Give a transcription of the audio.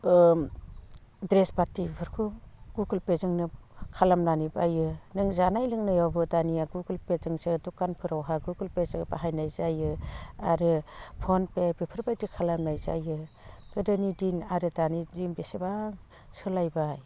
ड्रेसपातिफोरखौ गुगोलपेजोंनो खालामनानै बायो नों जानाय लोंनायावबो दानिया गुगोलपेजोंसो दुखानफोरावहा गुगोलपेजो बाहायनाय जायो आरो फन पे बेफोरबायदि खालामनाय जायो गोदोनि दिन आरो दानि दिन बेसेबा सोलायबाय